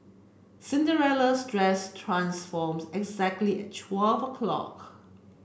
Cinderella's dress transformed exactly at twelve o'clock